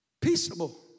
Peaceable